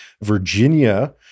Virginia